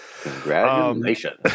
congratulations